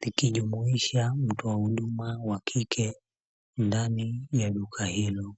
likijumuisha mtoa hudumu wa kike ndani ya duka hilo.